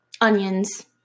onions